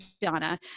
Donna